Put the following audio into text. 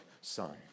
son